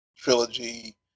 trilogy